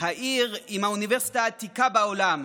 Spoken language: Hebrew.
העיר עם האוניברסיטה העתיקה בעולם,